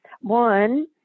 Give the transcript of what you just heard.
One